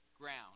ground